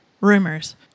rumors